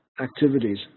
activities